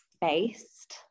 based